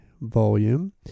volume